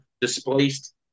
displaced